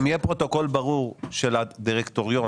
אם יהיה פרוטוקול ברור של הדירקטוריון,